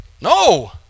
No